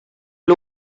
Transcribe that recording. who